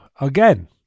again